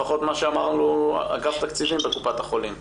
לפחות כפי שאמר לנו אגף התקציבים בקופת החולים.